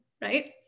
right